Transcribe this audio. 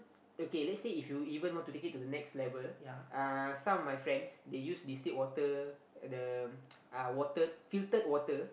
okay let's say if you even want to take it to the next level uh some of my friends they use distilled water the uh filtered water